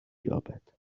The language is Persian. یابد